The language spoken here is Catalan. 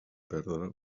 perdre